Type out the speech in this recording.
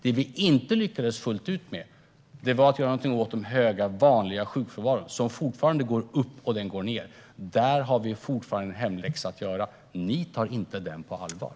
Det vi inte lyckades fullt ut med var att göra någonting åt den höga vanliga sjukfrånvaron, som fortfarande går upp och ned. Där har vi fortfarande en hemläxa att göra. Ni tar inte den på allvar.